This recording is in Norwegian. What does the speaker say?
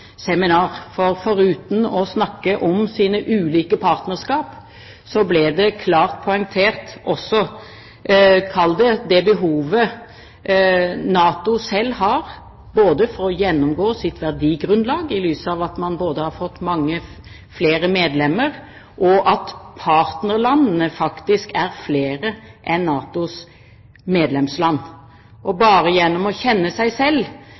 seminar. Foruten at man snakket om sine ulike partnerskap, ble det behovet NATO selv har for å gjennomgå sitt verdigrunnlag i lys av at man både har fått mange flere medlemmer og at partnerlandene faktisk er flere enn NATOs medlemsland, klart poengtert. Bare gjennom å kjenne seg selv